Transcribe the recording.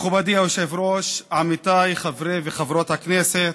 היושב-ראש, עמיתיי חברי וחברות הכנסת,